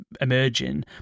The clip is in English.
emerging